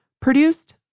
produced